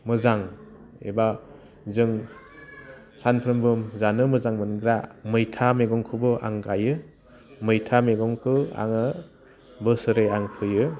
मोजां एबा जों सानफ्रोमबो जानो मोजां मोनग्रा मैथा मैगंखौबो आं गाइयो मैथा मैगंखौ आङो बोसोरै आं फोयो